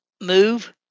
move